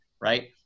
Right